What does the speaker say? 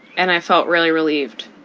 and i felt really relieved